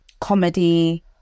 comedy